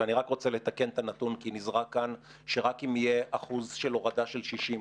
ואני רק רוצה לתקן את הנתון כי נזרק כאן שרק אם יהיה אחוז הורדה של 60%,